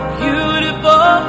beautiful